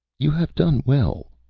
you have done well,